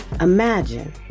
Imagine